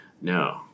no